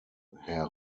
herr